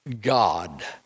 God